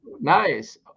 nice